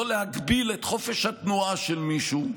לא להגביל את חופש התנועה של מישהו.